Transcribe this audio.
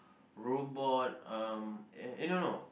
robot um eh eh no no